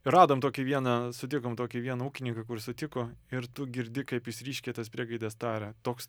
ir radom tokį vieną sutikom tokį vieną ūkininką kuris sutiko ir tu girdi kaip jis ryškiai tas priegaidės taria toks